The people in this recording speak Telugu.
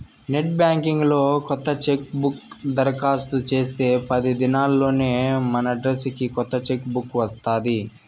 నెట్ బాంకింగ్ లో కొత్త చెక్బుక్ దరకాస్తు చేస్తే పది దినాల్లోనే మనడ్రస్కి కొత్త చెక్ బుక్ వస్తాది